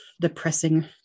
depressing